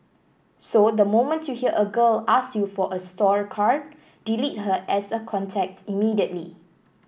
so the moment you hear a girl ask you for a store card delete her as a contact immediately